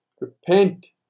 Repent